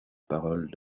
parole